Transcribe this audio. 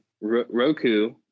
Roku